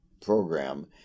program